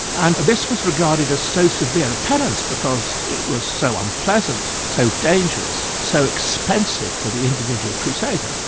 and this was regarded as so severe a penance, because it was so unpleasant, so dangerous, so expensive for the individual crusader,